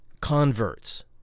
converts